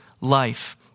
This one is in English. life